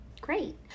Great